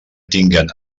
tinguen